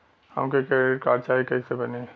हमके credit card चाही कैसे बनी?